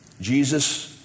Jesus